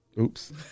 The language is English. Oops